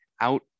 out